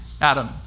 Adam